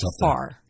far